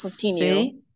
continue